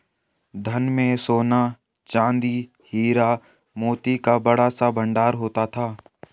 धन में सोना, चांदी, हीरा, मोती का बड़ा सा भंडार होता था